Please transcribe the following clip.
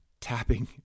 tapping